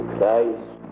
Christ